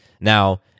Now